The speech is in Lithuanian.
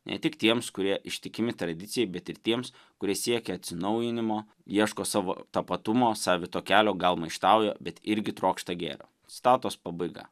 ne tik tiems kurie ištikimi tradicijai bet ir tiems kurie siekia atsinaujinimo ieško savo tapatumo savito kelio gal maištauja bet irgi trokšta gėrio citatos pabaiga